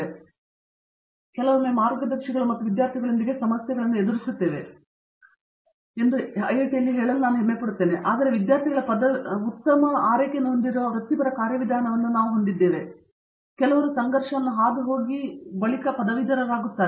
ನಾನು ಕೆಲವೊಮ್ಮೆ ಮಾರ್ಗದರ್ಶಿಗಳು ಮತ್ತು ವಿದ್ಯಾರ್ಥಿಗಳೊಂದಿಗೆ ಸಮಸ್ಯೆಗಳನ್ನು ಎದುರಿಸುತ್ತೇವೆ ಎಂದು ಐಐಟಿಯಲ್ಲಿ ನಾವು ಹೆಮ್ಮೆಪಡುತ್ತೇವೆ ಆದರೆ ವಿದ್ಯಾರ್ಥಿಗಳ ಪದವೀಧರರ ಉತ್ತಮ ಆರೈಕೆಯನ್ನು ಹೊಂದಿರುವ ವೃತ್ತಿಪರ ಕಾರ್ಯವಿಧಾನವನ್ನು ನಾವು ಹೊಂದಿದ್ದೇವೆ ಕೆಲವರು ಸಂಘರ್ಷ ಹಾದು ಹೋದ ನಂತರವೂ ಪದವೀಧರರಾಗುತ್ತಾರೆ